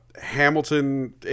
Hamilton